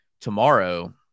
tomorrow